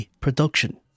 production